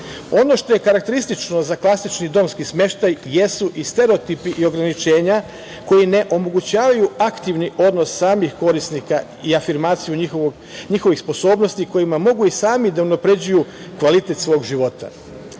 što je karakteristično za klasični domski smeštaj jesu i stereotipi i ograničenja koji ne omogućavaju aktivni odnos samih korisnika i afirmaciju njihovih sposobnosti kojima mogu i sami da unapređuju kvalitet svog života. Takođe,